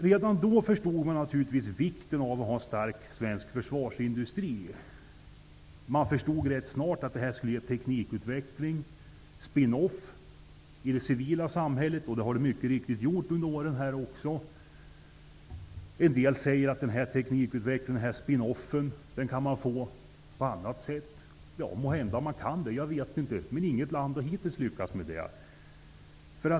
Redan då förstod man naturligtvis vikten av att ha en stark svensk försvarsindustri. Man förstod rätt snart att den skulle ge teknikutveckling, spin-off, i det civila samhället, och det har den mycket riktigt gjort under åren. En del säger att den här teknikutvecklingen, denna spin-off, kan man få på annat sätt. Måhända kan man det. Jag vet inte. Men inget land har hittills lyckats med det.